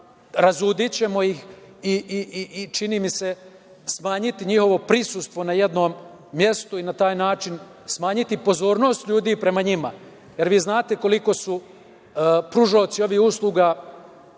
razudićemo ih i, čini mi se, smanjiti njihovo prisustvo na jednom mestu i na taj način smanjiti pozornost ljudi prema njima. Vi znate koliko su pružaoci ovih usluga